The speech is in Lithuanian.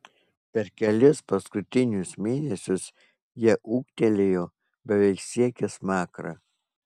per kelis paskutinius mėnesius jie ūgtelėjo beveik siekė smakrą